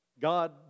God